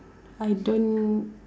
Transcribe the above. I don't